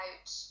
out